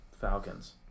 falcons